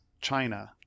China